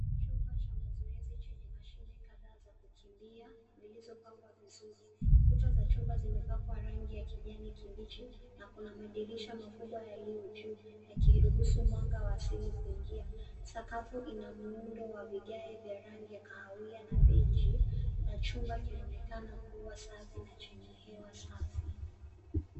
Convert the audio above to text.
Chumba cha mazoezi chenye mashine kadhaa za kukimbia zilizopangwa vizuri. Kuta za chumba zimepakwa rangi ya kijani kibichi na kuna madirisha makubwa yaliyo juu, yakiruhusu mwanga wa asili kuingia. Sakafu ina muundo wa vigae vya rangi ya kahawia na beige na chumba kinaonekana kuwa safi na chenye hewa safi.